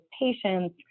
patients